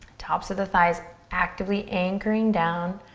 tops of the thighs actively anchoring down.